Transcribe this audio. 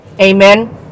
Amen